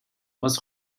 was